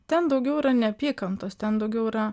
ten daugiau yra neapykantos ten daugiau yra